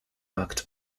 act